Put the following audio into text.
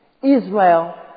Israel